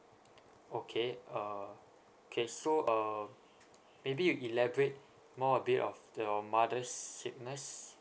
okay uh okay so uh maybe you elaborate more a bit of your mother's sickness